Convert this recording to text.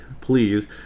please